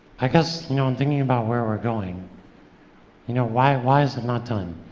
i guess, you know in thinking about where we're going you know, why why is it not done?